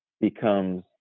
becomes